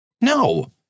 No